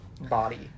body